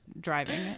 driving